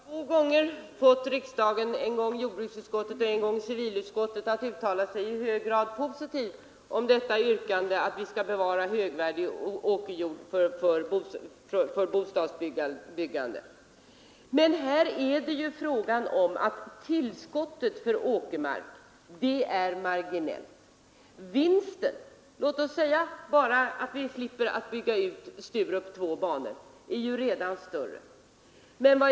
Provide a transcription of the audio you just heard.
Herr talman! Det är riktigt att jag två gånger har fått riksdagen — en gång genom jordbruksutskottet och en gång genom civilutskottet — att uttala sig i hög grad positivt till yrkandet att vi skall bevara högvärdig åkerjord från bostadsbyggande. Men i det här sammanhanget är åtgången av åkermark marginell. Redan den vinst som görs om vi antar att vi slipper bygga ut Sturup med två banor är större.